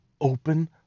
open